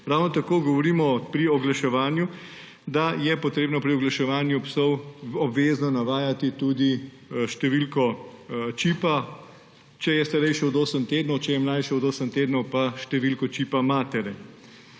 Ravno tako govorimo pri oglaševanju, da je potrebno pri oglaševanju psov obvezno navajati tudi številko čipa, če je starejši od osem tednov, če je mlajši od osem tednov pa številko čipa matere.